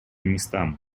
местам